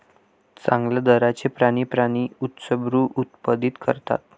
चांगल्या दर्जाचे प्राणी प्राणी उच्चभ्रू उत्पादित करतात